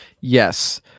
Yes